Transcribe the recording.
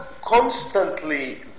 constantly